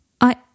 I-